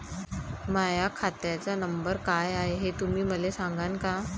माह्या खात्याचा नंबर काय हाय हे तुम्ही मले सागांन का?